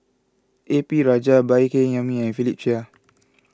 A P Rajah Baey Yam Keng and Philip Chia